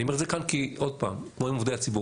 אני אומר את זה כאן כי עוד פעם כמו עם עובדי הציבור